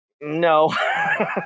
No